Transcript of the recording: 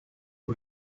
who